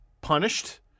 punished